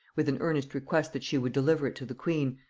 with an earnest request that she would deliver it to the queen,